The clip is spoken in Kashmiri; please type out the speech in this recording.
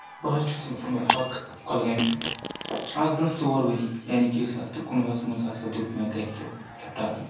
بہٕ حظ چھُ محمد حق کۄلگامہِ پؠٹھ آز برونٛٹھ ژور ؤری یعنے کہِ یہِ زٕ ساس تہٕ کُنوُہَس منٛز ہَسا دیُت مےٚ کَریو لیپ ٹاپ أنِتھ